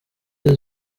ryo